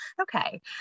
Okay